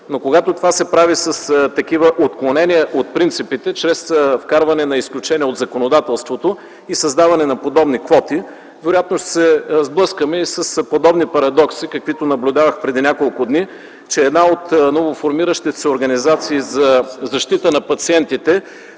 но когато това се прави с такива отклонения от принципите – чрез вкарване на изключения в законодателството и създаване на подобни квоти, вероятно ще се сблъскаме с подобни парадокси, каквито наблюдавах преди няколко дни, че една от новоформиращите се организации за защита на пациентите